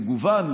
מגוון,